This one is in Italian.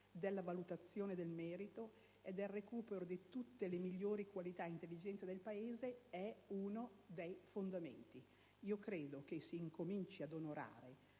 della valutazione del merito e del recupero di tutte le migliori qualità ed intelligenze del Paese, dovrebbe essere uno dei fondamenti. Credo si comincino ad onorare